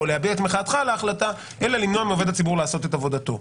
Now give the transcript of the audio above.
להביע את מחאתך אלא למנוע מעובד הציבור לעשות את עבודתו.